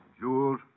Jewels